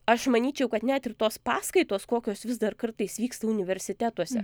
aš manyčiau kad net ir tos paskaitos kokios vis dar kartais vyksta universitetuose